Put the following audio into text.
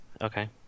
okay